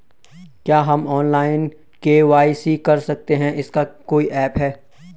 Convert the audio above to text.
क्या हम online KYC कर सकते हैं इसका कोई ऐप है?